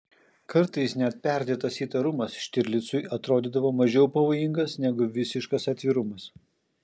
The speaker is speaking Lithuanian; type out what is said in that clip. kartais net perdėtas įtarumas štirlicui atrodydavo mažiau pavojingas negu visiškas atvirumas